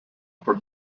for